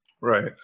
Right